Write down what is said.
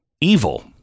evil